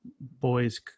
boys